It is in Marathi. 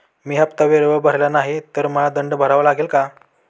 मी हफ्ता वेळेवर भरला नाही तर मला दंड भरावा लागेल का?